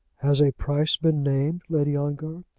has a price been named, lady ongar?